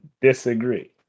disagree